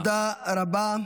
תודה רבה.